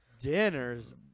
dinners